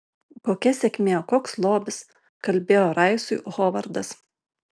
kokia sėkmė koks lobis kalbėjo raisui hovardas